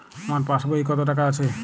আমার পাসবই এ কত টাকা আছে?